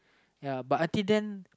ya but until then